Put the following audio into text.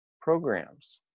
programs